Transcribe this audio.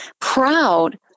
proud